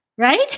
Right